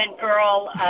girl